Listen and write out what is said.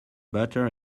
butter